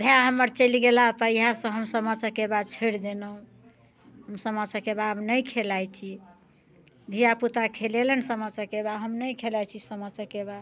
भाय हमर चलि गेला तहियासँ हम सामा चकेवा छोड़ि देलहुँ हम सामा चकेवा आब नहि खेलाइ छी धिया पूता खेलेलनि सामा चकेवा हम नहि खेलाइ छी सामा चकेवा